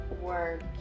work